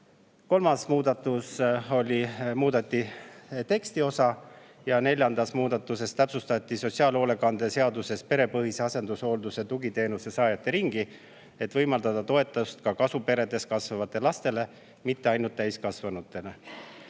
Kolmas muudatus oli see, et muudeti tekstiosa. Neljanda muudatusega täpsustati sotsiaalhoolekande seaduses perepõhise asendushoolduse tugiteenuse saajate ringi, et võimaldada ka kasuperedes kasvavate laste, mitte ainult [kasuperede